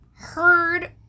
Heard